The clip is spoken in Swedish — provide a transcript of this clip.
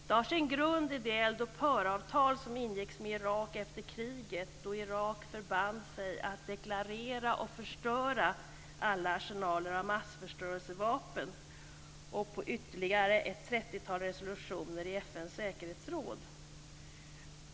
Det har sin grund i det eldupphöravtal som ingicks med Irak efter kriget då Irak förband sig att deklarera och förstöra alla arsenaler av massförstörelsevapen samt i ytterligare ett trettiotal resolutioner i FN:s säkerhetsråd.